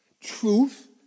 Truth